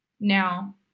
now